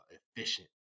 efficient